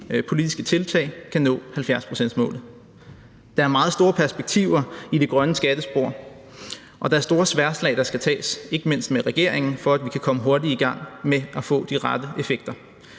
politiske tiltag kan nå 70-procentsmålet. Der er meget store perspektiver i det grønne skattespor, og der er store sværdslag, der skal tages – ikke mindst med regeringen – for at vi kan komme hurtigt i gang med at få de rette effekter.